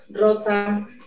Rosa